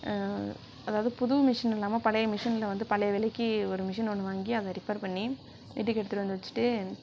அதாவது புது மிஷின் இல்லாமல் பழைய மிஷின்ல வந்து பழைய விலைக்கு ஒரு மெஷின் ஒன்று வாங்கி அத ரிப்பர் பண்ணி வீட்டுக்கு எடுத்துட்டு வந்து வச்சிட்டு